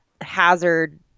hazard